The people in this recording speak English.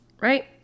right